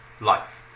life